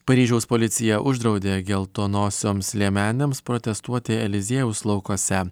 paryžiaus policija uždraudė geltonosioms liemenėms protestuoti eliziejaus laukuose